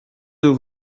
deux